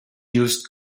used